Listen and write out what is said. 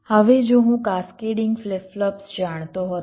હવે જો હું કાસ્કેડિંગ ફ્લિપ ફ્લોપ્સ જાણતો હતો